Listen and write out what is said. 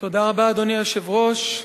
אדוני היושב-ראש,